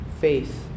Faith